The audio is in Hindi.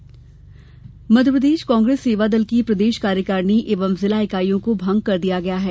कांग्रेस कार्यकारिणी मध्यप्रदेश कांग्रेस सेवादल की प्रदेश कार्यकारिणी एवं जिला इकाइयों को भंग कर दिया गया है